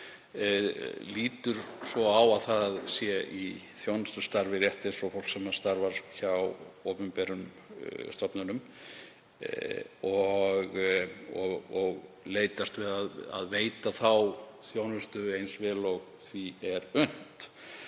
lítur svo á að það sé í þjónustustarfi rétt eins og fólk sem starfar hjá opinberum stofnunum og leitast við að veita þá þjónustu eins vel og því er unnt.